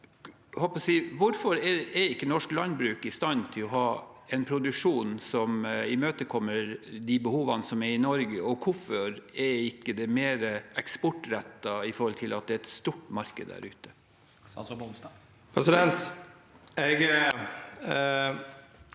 Hvorfor er ikke norsk landbruk i stand til å ha en produksjon som imøtekommer de behovene som er i Norge, og hvorfor er det ikke mer eksportrettet når det er et stort marked der ute? Statsråd